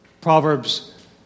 Proverbs